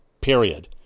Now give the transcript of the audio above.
period